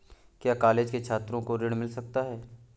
क्या कॉलेज के छात्रो को ऋण मिल सकता है?